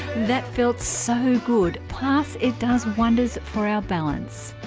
that felt so good plus it does wonders for our balance